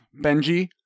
Benji